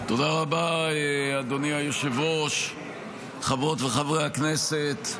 תודה רבה, אדוני היושב-ראש, חברות וחברי הכנסת.